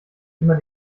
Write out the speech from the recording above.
immer